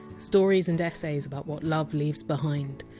stories and essays about what love leaves behind.